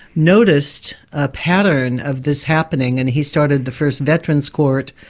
noticed a pattern of this happening and he started the first veterans' court,